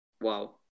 Wow